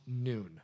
noon